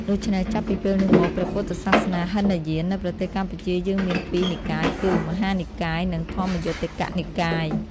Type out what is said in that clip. ដូច្នេះ ចាប់ពីពេលនោះមក ព្រះពុទ្ធសាសនាហីនយាននៅប្រទេសកម្ពុជាយើងមានពីរនិកាយគឺ មហានិកាយ និង ធម្មយុត្តិកនិកាយ។